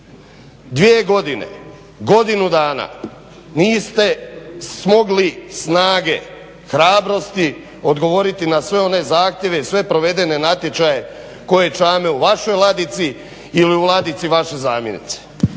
2 godine, godinu dana niste smogli snage, hrabrosti odgovoriti na sve one zahtjeve i sve provedene natječaje koje čame u vašoj ladici ili u ladici vaše zamjenice.